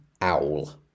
owl